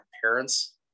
parents